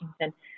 Washington